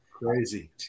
crazy